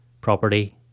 property